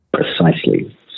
Precisely